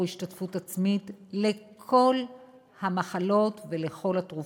השתתפות עצמית לכל המחלות ולכל התרופות,